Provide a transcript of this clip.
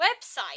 website